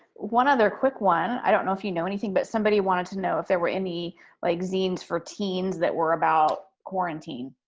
one other quick one i don't know if you know anything, but somebody wanted to know if there were any like zines for teens that were about quarantine.